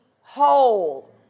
whole